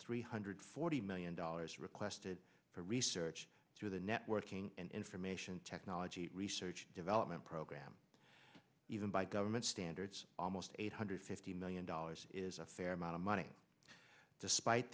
three hundred forty million dollars requested for research through the networking and information technology research and development program even by government standards almost eight hundred fifty million dollars is a fair amount of money despite